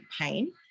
pain